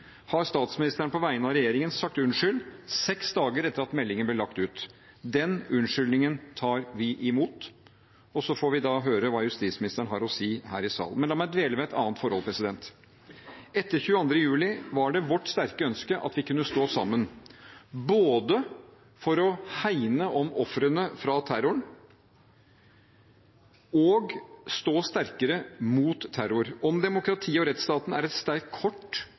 har statsministeren på vegne av regjeringen sagt unnskyld – seks dager etter at meldingen ble lagt ut. Den unnskyldningen tar vi imot, og så får vi høre hva justisministeren har å si her i salen. Men la meg dvele ved et annet forhold. Etter 22. juli var det vårt sterke ønske at vi kunne stå sammen – både for å hegne om ofrene etter terroren og stå sterkere mot terror. Om demokratiet og rettsstaten er et sterkt kort